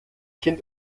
kind